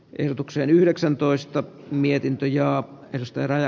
ehdotukseen yhdeksäntoista mietintö ja elstelä